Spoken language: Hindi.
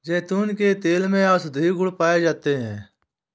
जैतून के तेल में औषधीय गुण पाए जाते हैं